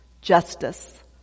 justice